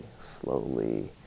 slowly